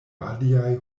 aliaj